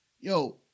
yo